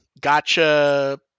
gotcha